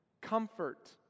Comfort